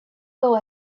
will